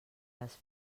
les